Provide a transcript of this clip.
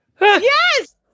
yes